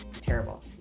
terrible